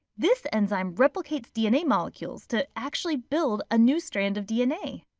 this enzyme replicates dna molecules to actually build a new strand of dna.